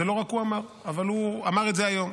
זה לא רק הוא אמר, אבל הוא אמר את זה היום.